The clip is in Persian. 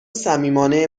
صمیمانه